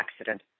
accident